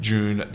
June